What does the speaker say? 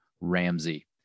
Ramsey